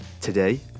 Today